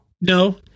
No